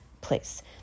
place